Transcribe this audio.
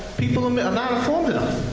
people are not informed enough.